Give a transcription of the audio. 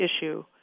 issue